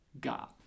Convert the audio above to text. God